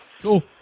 Cool